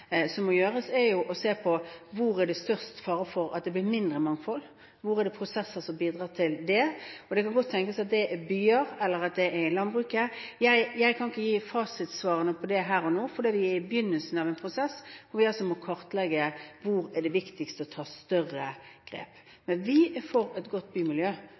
må se hvor det er størst fare for at det blir mindre mangfold – hvor det er prosesser som bidrar til det – og det kan godt tenkes at det er i byer, eller at det er i landbruket. Jeg kan ikke gi fasitsvarene på det her og nå, fordi vi er i begynnelsen av en prosess hvor vi må kartlegge hvor det er viktigst å ta større grep. Men vi er for et godt bymiljø,